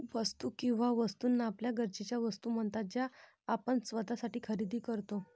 वस्तू किंवा वस्तूंना आपल्या गरजेच्या वस्तू म्हणतात ज्या आपण स्वतःसाठी खरेदी करतो